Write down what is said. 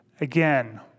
Again